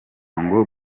ngo